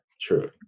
true